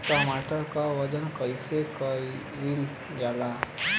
टमाटर क वजन कईसे कईल जाला?